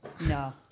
No